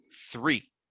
Three